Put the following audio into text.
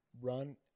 run